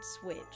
switch